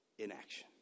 inaction